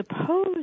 suppose